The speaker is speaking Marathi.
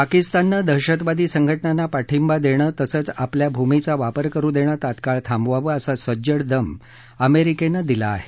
पाकिस्ताननं दहशतवादी संघटनांना पाठिंबा देणं तसंच आपल्या भूमीचा वापर करु देणं तात्काळ थांबवावं असा सज्जड दम अमेरिकेनं दिला आहे